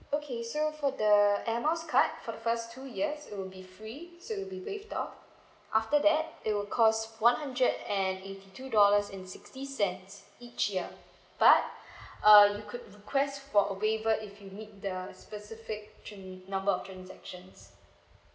okay so for the air miles card for the first two years it'll be free so it'll be waived off after that it will cost one hundred and eighty two dollars and sixty cents each year but uh you could request for a waiver if you need the specific tran~ number of transactions